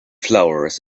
flowers